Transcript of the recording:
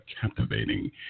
captivating